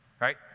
Right